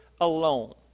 alone